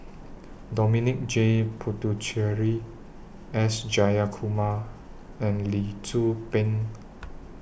Dominic J Puthucheary S Jayakumar and Lee Tzu Pheng